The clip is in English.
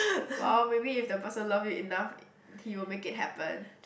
!wah! maybe if the person love you enough he will make it happen